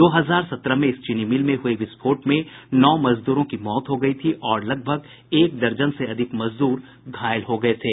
दो हजार सत्रह में इस चीनी मिल में हुए विस्फोट में नौ मजदूरों की मौत हो गयी थी और लगभग एक दर्जन से अधिक मजदूर घायल हो गये थे